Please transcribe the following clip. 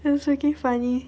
it was freaking funny